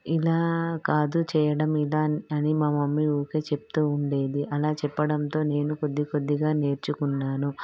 ఇలా కాదు చేయడం ఇలా అని అని మా మమ్మీ ఊరికే చెప్తూ ఉండేది అలా చెప్పడంతో నేను కొద్ది కొద్దిగా నేర్చుకున్నాను